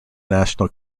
national